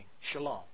shalom